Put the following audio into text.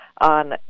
on